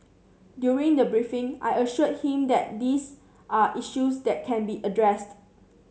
during the briefing I assured him that these are issues that can be addressed